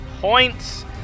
points